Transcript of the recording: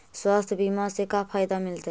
स्वास्थ्य बीमा से का फायदा मिलतै?